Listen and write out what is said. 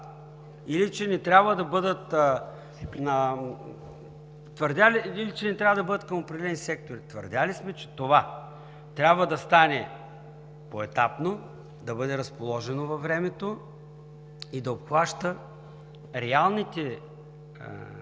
или че не трябва да бъдат към определени сектори. Твърдели сме, че това трябва да стане поетапно, да бъде разположено във времето и да обхваща реалните факти,